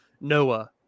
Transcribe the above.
Noah